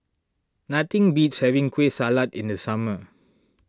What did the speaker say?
nothing beats having Kueh Salat in the summer